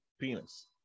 penis